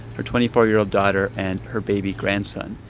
her twenty four year old daughter and her baby grandson.